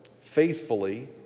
faithfully